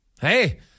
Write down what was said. Hey